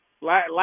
Last